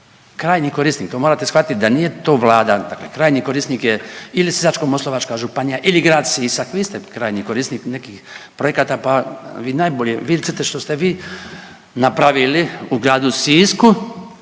krajnji korisnik. To morate shvatit da nije to Vlada, dakle krajnji korisnik je ili Sisačko-moslavačka županija ili grad Sisak. Vi ste krajnji korisnik nekih projekata, pa vi najbolje vidite što ste vi napravili u gradu Sisku,